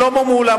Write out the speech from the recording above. שלמה מולה,